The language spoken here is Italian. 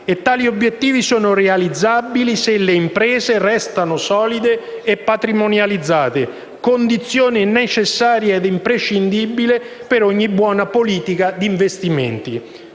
Tali obiettivi sono realizzabili se le imprese restano solide e patrimonializzate, condizione necessaria ed imprescindibile per una buona politica di investimenti.